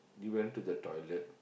you went to the toilet